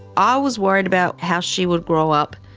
i was worried about how she would grow up,